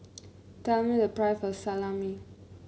tell me the price of Salami